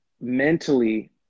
mentally